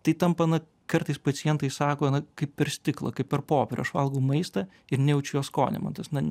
tai tampa na kartais pacientai sako na kaip per stiklą kaip per popierių aš valgau maistą ir nejaučiu jo skonio man tas na